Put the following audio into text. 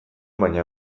baina